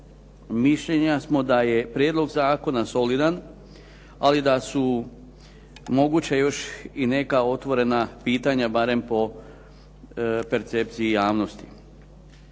mišljenja smo da je prijedlog zakona solidan, ali da su moguća još i neka otvorena pitanja, barem po percepciji javnosti.